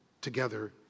together